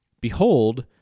Behold